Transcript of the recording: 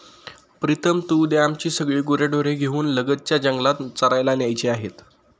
प्रीतम तू उद्या आमची सगळी गुरेढोरे घेऊन लगतच्या जंगलात चरायला न्यायची आहेत